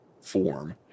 form